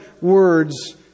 words